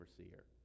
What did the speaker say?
overseer